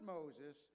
Moses